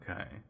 okay